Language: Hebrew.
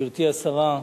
גברתי השרה,